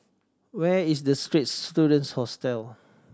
where is The Straits Students Hostel